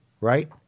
right